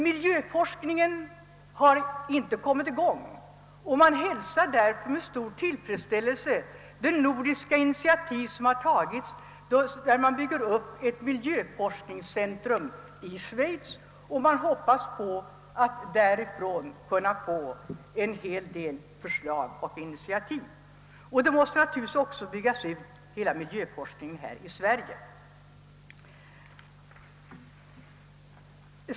Miljöforskningen har inte kommit i gång, och man hälsar därför med stor tillfredsställelse det nordiska initiativ som har tagits för att bygga upp ett miljöforskningscentrum i Schweiz. Vi hoppas att vi därifrån skall kunna få en hel del förslag och initaiativ. Naturligtvis måste vi bygga ut miljöforskningen även i Sverige.